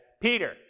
Peter